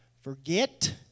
forget